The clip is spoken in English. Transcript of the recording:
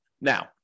Now